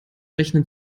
rechnen